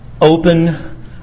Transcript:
open